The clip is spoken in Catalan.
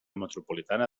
metropolitana